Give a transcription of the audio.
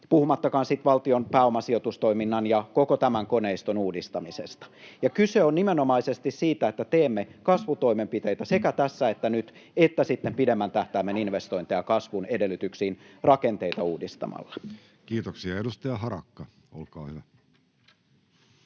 puhumattakaan sitten valtion pääomasijoitustoiminnan ja koko tämän koneiston uudistamisesta. [Antti Lindtman: Ja alvikorotukset!] Kyse on nimenomaisesti siitä, että teemme kasvutoimenpiteitä sekä tässä että nyt, että sitten pidemmän tähtäimen investointeja kasvun edellytyksiin rakenteita uudistamalla. Kiitoksia. — Edustaja Harakka, olkaa hyvä.